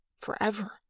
forever